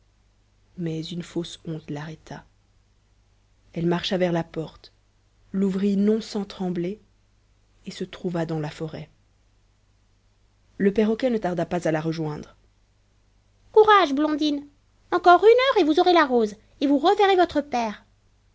mais une fausse honte l'arrêta elle marcha vers la porte l'ouvrit non sans trembler et se trouva dans la forêt le perroquet ne tarda pas à la rejoindre courage blondine encore une heure et vous aurez la rose et vous reverrez votre père